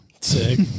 Sick